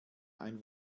ein